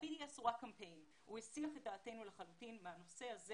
ה-BDS הוא רק קמפיין זה הסיח את דעתנו לחלוטין מהנושא הזה